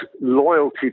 loyalty